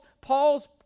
Paul's